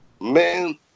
Man